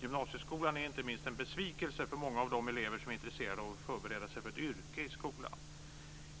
Gymnasieskolan är inte minst en besvikelse för många av de elever som är intresserade av att förbereda sig för ett yrke i skolan.